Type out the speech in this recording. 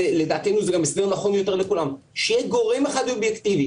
לדעתנו זה גם הסדר נכון יותר לכולם שיהיה גורם אחד אובייקטיבי.